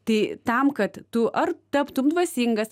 tai tam kad tu ar taptum dvasingas